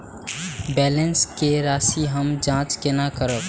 Balance के राशि हम जाँच केना करब?